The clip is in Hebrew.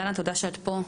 דנה, תודה שאת פה.